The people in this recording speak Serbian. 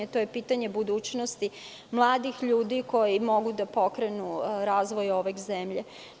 To je pitanje budućnosti mladih ljudi koji mogu da pokrenu razvoj ove zemlje.